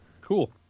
Cool